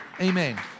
amen